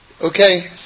Okay